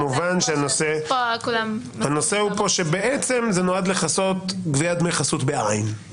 הנושא פה הוא שזה נועד לכסות גביית דמי חסות בעין,